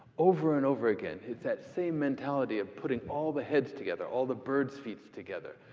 over and over again. it's that same mentality of putting all the heads together, all the birds' feets together,